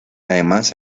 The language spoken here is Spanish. además